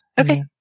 Okay